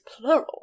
plural